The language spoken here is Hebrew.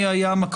אני לא מבין.